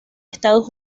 estados